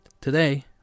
today